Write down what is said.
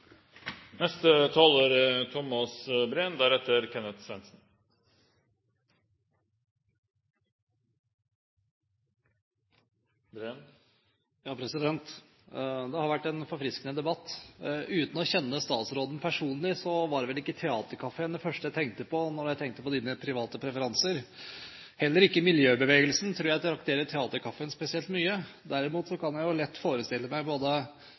Det har vært en forfriskende debatt. Uten å kjenne statsråden personlig var det vel ikke Theatercaféen det første jeg tenkte på da jeg tenkte på hans private preferanser. Heller ikke miljøbevegelsen tror jeg frekventerer Theatercaféen spesielt mye. Derimot kan jeg jo lett forestille meg